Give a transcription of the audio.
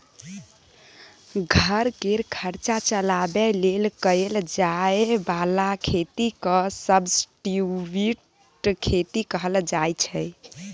घर केर खर्चा चलाबे लेल कएल जाए बला खेती केँ सब्सटीट्युट खेती कहल जाइ छै